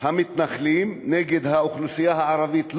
המתנחלים נגד האוכלוסייה הערבית,